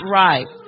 right